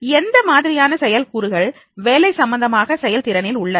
எந்த மாதிரியான செயல் கூறுகள் வேலை சம்பந்தமான செயல்திறனில் உள்ளன